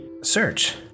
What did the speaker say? search